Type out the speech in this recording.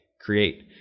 create